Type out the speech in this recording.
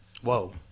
Whoa